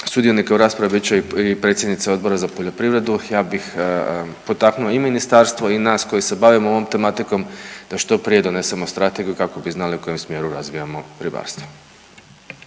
sudionika u raspravi bit će i predsjednica Odbora za poljoprivredu, ja bih potaknuo i Ministarstvo i nas koji se bavimo ovom tematikom da što prije donesemo strategiju kako bi znali u kojem smjeru razvijamo ribarstvo.